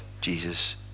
Jesus